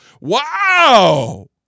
wow